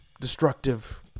destructive